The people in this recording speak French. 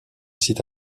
site